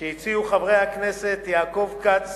שהציעו חברי הכנסת יעקב כץ